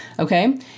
Okay